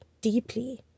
deeply